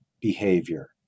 behavior